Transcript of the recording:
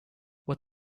what